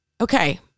okay